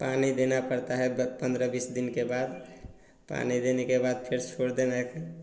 पानी देना पड़ता है पंद्रह बीस दिन के बाद पानी देने के बाद फ़िर छोड़ देना